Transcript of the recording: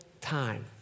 time